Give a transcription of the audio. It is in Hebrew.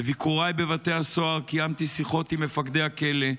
בביקוריי בבתי הסוהר קיימתי שיחות עם מפקדי הכלא,